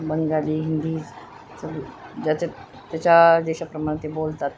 बंगाली हिंदी स ज्याच्या त्याच्या देशाप्रमाणं ते बोलतात